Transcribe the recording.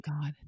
God